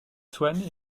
swan